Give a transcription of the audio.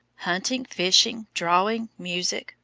hunting, fishing, drawing, music,